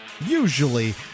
usually